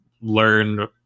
learn